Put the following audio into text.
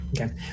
Okay